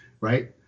right